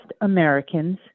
Americans